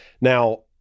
Now